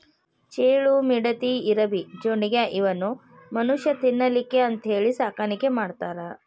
ಚೇಳು, ಮಿಡತಿ, ಇರಬಿ, ಜೊಂಡಿಗ್ಯಾ ಇವನ್ನು ಮನುಷ್ಯಾ ತಿನ್ನಲಿಕ್ಕೆ ಅಂತೇಳಿ ಸಾಕಾಣಿಕೆ ಮಾಡ್ತಾರ